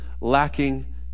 lacking